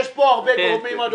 הערה קטנה.